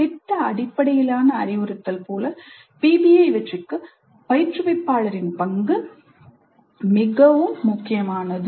திட்ட அடிப்படையிலான அறிவுறுத்தல் போல PBI வெற்றிக்கு பயிற்றுவிப்பாளரின் பங்கு மிகவும் முக்கியமானது